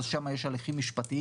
אז שם יש הליכים משפטיים,